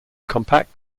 compact